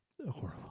Horrible